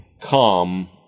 come